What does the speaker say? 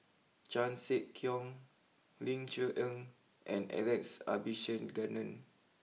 Chan Sek Keong Ling Cher Eng and Alex Abisheganaden